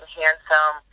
handsome